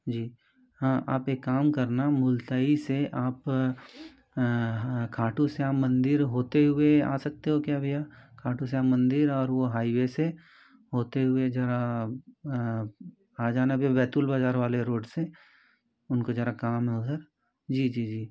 जी हाँ आप एक काम करना मुलतई से आप खाटू श्याम मंदिर होते हुए आ सकते हो क्या भैया खाटू श्याम मंदिर और वो हाईवे से होते हुए ज़रा आ जाना भैया बैतूल बाज़ार वाले रोड से उनको ज़रा काम है उधर जी जी जी